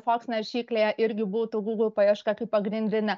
fox naršyklėje irgi būtų google paieška kaip pagrindinė